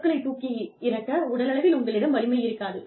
பொருட்களைத் தூக்கி இறக்க உடலளவில் உங்களிடம் வலிமை இருக்காது